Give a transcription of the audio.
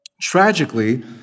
tragically